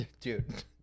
Dude